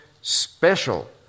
special